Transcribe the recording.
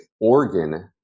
organ